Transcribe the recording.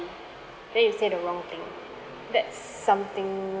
then you say the wrong thing that's something